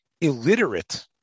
illiterate